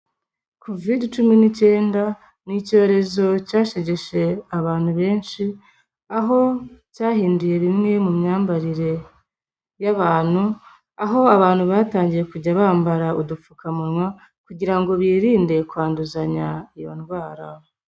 Covid cumi n'icyenda, ni icyorezo cyashegeshe abantu benshi, aho cyahinduye bimwe mu myambarire y'abantu, aho abantu batangiye kujya bambara udupfukamunwa, kugira ngo birinde kwanduzanya iyo ndwara.